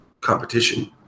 competition